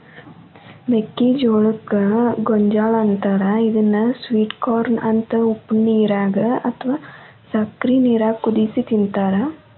ಮೆಕ್ಕಿಜೋಳಕ್ಕ ಗೋಂಜಾಳ ಅಂತಾರ ಇದನ್ನ ಸ್ವೇಟ್ ಕಾರ್ನ ಅಂತ ಉಪ್ಪನೇರಾಗ ಅತ್ವಾ ಸಕ್ಕರಿ ನೇರಾಗ ಕುದಿಸಿ ತಿಂತಾರ